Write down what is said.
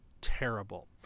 terrible